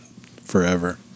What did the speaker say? forever